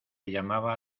llamaba